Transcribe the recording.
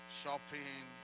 shopping